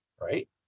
right